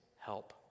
help